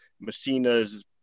Messina's